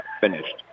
finished